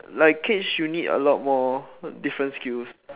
like cage you need a lot more different skills